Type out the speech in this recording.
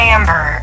Amber